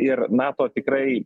ir nato tikrai